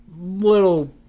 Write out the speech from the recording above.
little